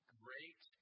great